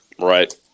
Right